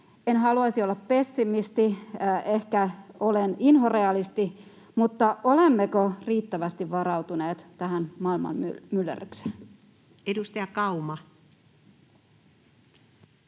en haluaisi olla pessimisti, ehkä olen inhorealisti, mutta olemmeko riittävästi varautuneet tähän maailman myllerrykseen? Edustaja Kauma.